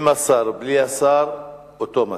עם השר ובלי השר זה אותו המצב.